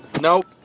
Nope